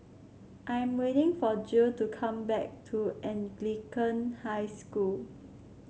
I am waiting for Jill to come back to Anglican High School